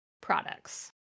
products